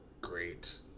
great